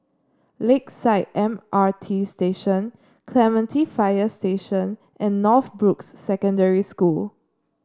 Lakeside M R T Station Clementi Fire Station and Northbrooks Secondary School